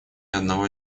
одного